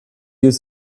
use